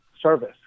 service